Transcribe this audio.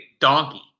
donkey